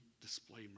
display